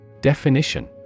Definition